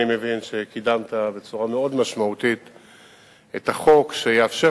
אני מבין שקידמת בצורה מאוד משמעותית את החוק שיאפשר